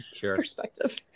perspective